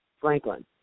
Franklin